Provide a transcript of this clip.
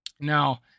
Now